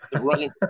running